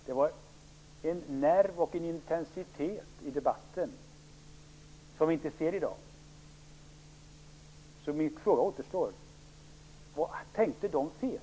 Det var en nerv och intensitet i debatten som vi inte ser i dag. Min fråga återstår: Tänkte de fel?